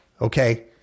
okay